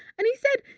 and he said,